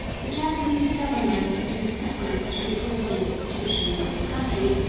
the japanese government, in its efforts to improve the institutions of the country,